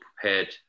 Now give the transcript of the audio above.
prepared